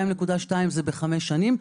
2.2 מיליארד זה בחמש שנים.